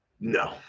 No